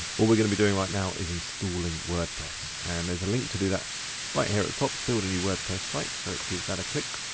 what we're gonna be doing right now is installing wordpress and there's a link to do that right here at the top. build a new wordpress site so let's give it that a click.